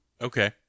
Okay